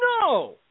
No